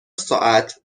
ساعت